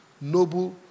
noble